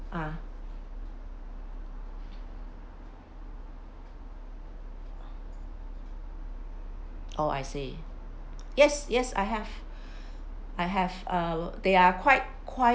ah oh I see yes yes I have I have uh they are quite quite